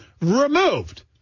removed